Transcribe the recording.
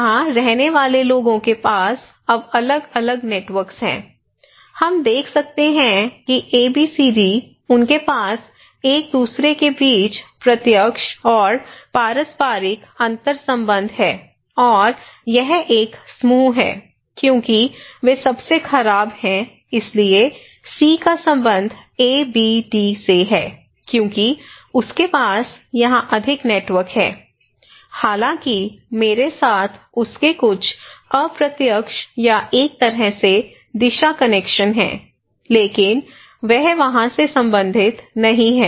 यहां रहने वाले लोगों के पास अब अलग अलग नेटवर्क हैं हम देख सकते हैं कि ABCD उनके पास एक दूसरे के बीच प्रत्यक्ष और पारस्परिक अंतर्संबंध हैं और यह एक समूह है क्योंकि वे सबसे खराब हैं इसलिए C का संबंध ABD से है क्योंकि उसके पास यहां अधिक नेटवर्क है हालांकि मेरे साथ उसके कुछ अप्रत्यक्ष या एक तरह से दिशा कनेक्शन हैं लेकिन वह वहां से संबंधित नहीं है